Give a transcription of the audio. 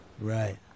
right